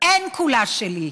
אין "כולה שלי".